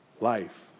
life